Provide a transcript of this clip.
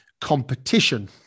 competition